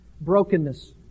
brokenness